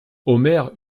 omer